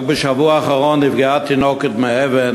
רק בשבוע האחרון נפגעה תינוקת מאבן,